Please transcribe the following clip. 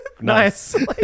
Nice